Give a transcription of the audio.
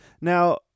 Now